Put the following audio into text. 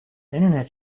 internet